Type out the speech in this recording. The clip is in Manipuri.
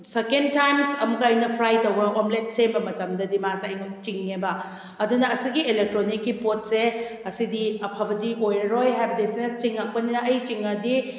ꯁꯦꯀꯦꯟ ꯇꯥꯏꯝꯁ ꯑꯃꯨꯛꯀ ꯑꯩꯅ ꯐ꯭ꯔꯥꯏ ꯇꯧꯕ ꯑꯣꯝꯂꯦꯠ ꯁꯦꯝꯕ ꯃꯇꯝꯗꯗꯤ ꯃꯥꯁꯦ ꯑꯩꯉꯣꯟꯗ ꯆꯤꯡꯉꯦꯕ ꯑꯗꯨꯅ ꯑꯁꯤꯒꯤ ꯑꯦꯂꯦꯛꯇ꯭ꯔꯣꯅꯤꯛꯀꯤ ꯄꯣꯠꯁꯦ ꯑꯁꯤꯗꯤ ꯑꯐꯕꯗꯤ ꯑꯣꯏꯔꯔꯣꯏ ꯍꯥꯏꯕꯗꯤ ꯑꯁꯤꯅ ꯆꯤꯡꯉꯛꯄꯅꯤꯅ ꯑꯩ ꯆꯤꯡꯂꯗꯤ